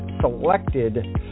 selected